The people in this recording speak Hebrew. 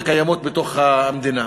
וקיימות בתוך המדינה.